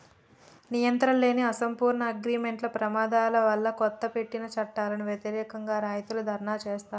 నియంత్రణలేని, అసంపూర్ణ అగ్రిమార్కెట్ల ప్రమాదాల వల్లకొత్తగా పెట్టిన చట్టాలకు వ్యతిరేకంగా, రైతులు ధర్నా చేశారు